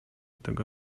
tego